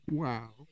wow